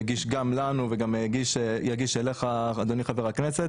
הדוח של הוועדה הגיאוגרפית של דליה ועוספיא.